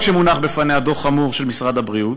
העובדה שמונח לפניה דוח חמור של משרד הבריאות,